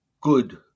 good